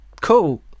cool